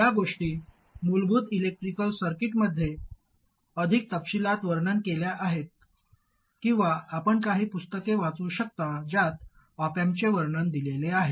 या गोष्टी मूलभूत इलेक्ट्रिकल सर्किट्समध्ये अधिक तपशीलात वर्णन केल्या आहेत किंवा आपण काही पुस्तके वाचू शकता ज्यात ऑप अँपचे वर्णन दिलेले आहे